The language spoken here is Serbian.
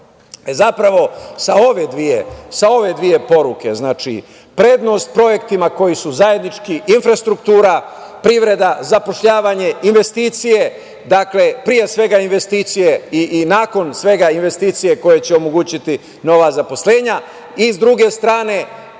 Zapravo, sa ove dve poruke, prednost projektima koji su zajednički, infrastruktura, privreda, zapošljavanje, investicije pre svega i nakon svega investicije, koje će omogućiti nova zaposlenja, a sa druge strane